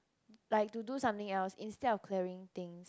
like to do something else instead of clearing thing